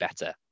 better